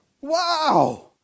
Wow